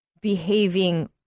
behaving